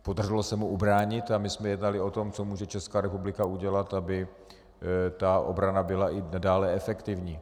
Podařilo se mu ubránit, a my jsme jednali o tom, co může Česká republika udělat, aby obrana byla i nadále efektivní.